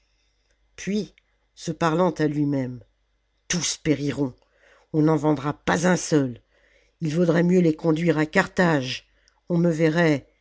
puis se parlant à lui-même tous périront on n'en vendra pas un seul il vaudrait mieux les conduire à carthage on me verrait